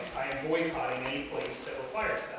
boycotting anyplace that requires